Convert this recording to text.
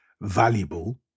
valuable